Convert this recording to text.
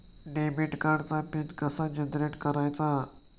Debit कार्डचा pin कसा generate करायचा?